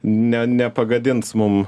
ne nepagadins mum